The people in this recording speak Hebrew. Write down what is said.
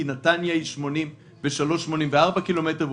כי נתניה היא במרחק 83 84 קילומטר מהגבול